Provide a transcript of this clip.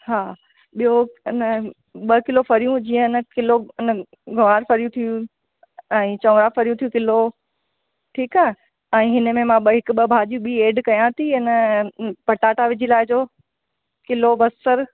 हा ॿियो न ॿ किलो फरियूं जीअं न किलो न गवार फरियूं थी वियूं ऐं चवणा फरियूं थियूं किलो ठीकु आहे ऐं हिन में मां ॿ हिकु ॿ भाॼियूं बि एड कया थी ऐं न पटाटा विझी लाहिजो किलो बसर